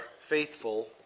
faithful